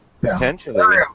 potentially